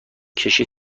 کشتی